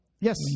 Yes